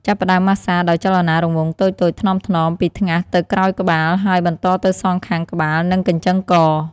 ចាប់ផ្តើមម៉ាស្សាដោយចលនារង្វង់តូចៗថ្នមៗ ពីថ្ងាសទៅក្រោយក្បាល ហើយបន្តទៅសងខាងក្បាល និងកញ្ចឹងក។